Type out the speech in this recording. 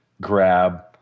grab